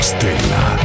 Stella